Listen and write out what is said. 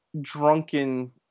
drunken